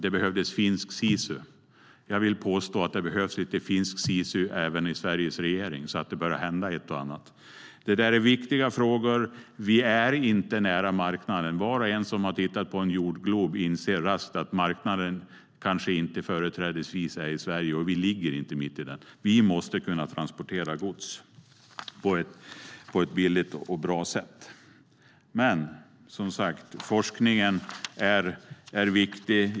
Det som behövdes var finsk sisu. Detta är viktiga frågor. Vi är inte nära marknaden. Var och en som har tittat på en jordglob inser raskt att marknaden kanske inte företrädesvis är i Sverige, och vi ligger inte mitt i den. Vi måste kunna transportera gods på ett billigt och bra sätt. Som sagt, forskningen är viktig.